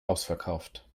ausverkauft